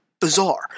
bizarre